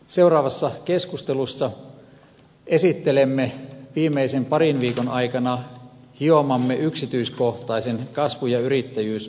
seuraavassa keskustelussa esittelemme viimeisen parin viikon aikana hiomamme yksityiskohtaisen kasvu ja yrittäjyysohjelman